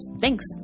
Thanks